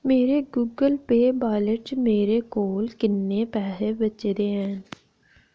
मेरे Google pay wallet च मेरे कोल किन्ने पैहे बचे दे हैन